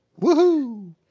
Woohoo